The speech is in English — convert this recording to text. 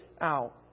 out